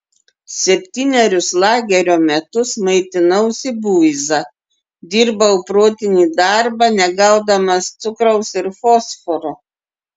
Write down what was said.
septynerius lagerio metus maitinausi buiza dirbau protinį darbą negaudamas cukraus ir fosforo